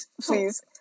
please